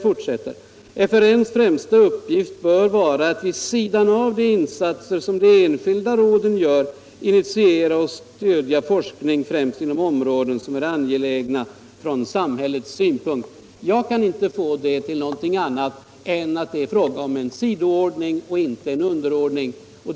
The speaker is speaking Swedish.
FRN:s främsta uppgift bör vara att vid sidan av de insatser som de enskilda råden gör initiera och stödja forskning främst inom områden som är angelägna från samhällets synpunkt.” Jag kan inte få det till någonting annat än att det är fråga om en sidoordning och inte en underordning.